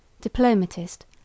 diplomatist